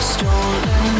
Stolen